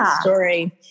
story